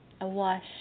awash